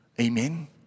Amen